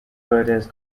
curtains